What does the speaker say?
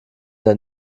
der